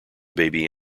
baby